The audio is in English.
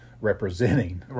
representing